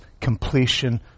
completion